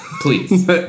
Please